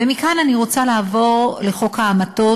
ומכאן אני רוצה לעבור לחוק ההמתות,